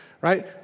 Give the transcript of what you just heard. Right